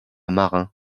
marin